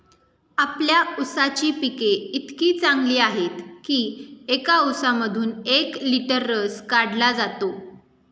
आपल्या ऊसाची पिके इतकी चांगली आहेत की एका ऊसामधून एक लिटर रस काढला जातो